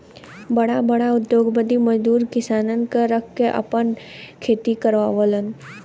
बड़ा बड़ा उद्योगपति मजदूर किसानन क रख के आपन खेती करावलन